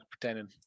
pretending